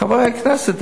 חברי הכנסת,